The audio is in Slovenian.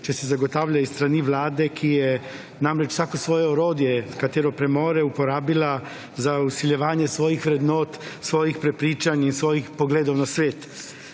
če si zagotavlja s strani vlade, ki je namreč vsako svoje orodje katero premore uporabila za vsiljevanje svojih vrednot, svojih prepričanj in svojih pogledov na svet.